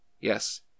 Yes